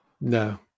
No